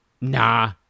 Nah